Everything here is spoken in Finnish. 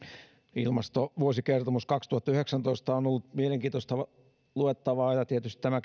ilmastovuosikertomus kaksituhattayhdeksäntoista on ollut mielenkiintoista luettavaa ja tietysti tämä